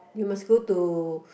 you must go to